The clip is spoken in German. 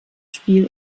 spiel